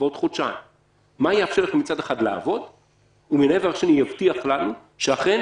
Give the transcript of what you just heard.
ואת החודשיים הבאים ומצד שני יבטיח לנו שאכן